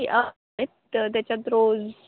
तर त्याच्यात रोज